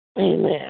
Amen